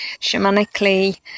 shamanically